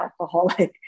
alcoholic